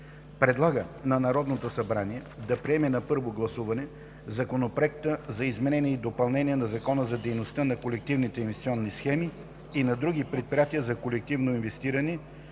Предлага на Народното събрание да приеме на първо гласуване Законопроект за изменение и допълнение на Закона за дейността на колективните инвестиционни схеми и на други предприятия за колективно инвестиране,